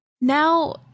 Now